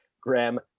Graham